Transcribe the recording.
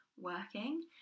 working